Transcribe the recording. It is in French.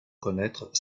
connaître